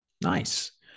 nice